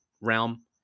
realm